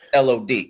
LOD